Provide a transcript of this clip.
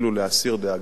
חבר הכנסת זאב,